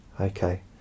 Okay